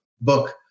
book